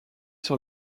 sur